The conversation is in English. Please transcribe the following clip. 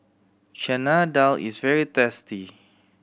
Chana Dal is very tasty